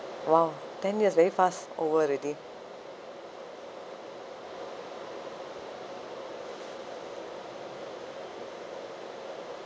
!wow! ten years very fast over already